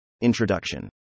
Introduction